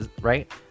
right